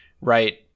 right